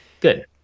good